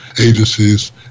agencies